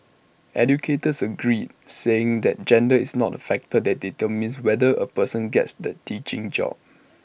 educators agreed saying that gender is not A factor that determines whether A person gets the teaching job